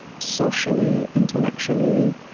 socially, intellectually,